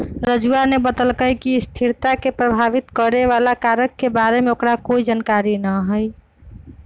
राजूवा ने बतल कई कि स्थिरता के प्रभावित करे वाला कारक के बारे में ओकरा कोई जानकारी ना हई